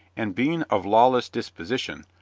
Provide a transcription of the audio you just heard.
and being of lawless disposition,